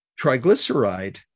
triglyceride